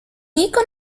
icono